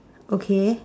okay